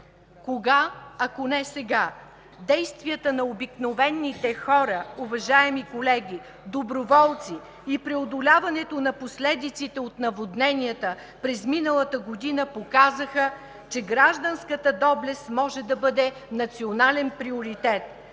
Кога, ако не сега? Действията на обикновените хора, уважаеми колеги, доброволци и преодоляването на последиците от наводненията през миналата година показаха, че гражданската доблест може да бъде национален приоритет.